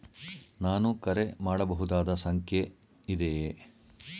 ನಾನು ಕರೆ ಮಾಡಬಹುದಾದ ಸಂಖ್ಯೆ ಇದೆಯೇ?